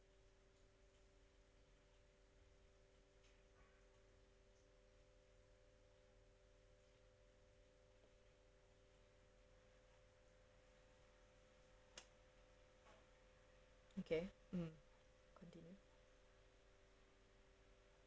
okay hmm continue